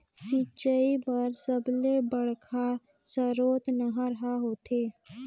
सिंचई बर सबले बड़का सरोत नहर ह होथे